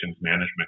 management